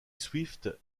swift